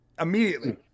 Immediately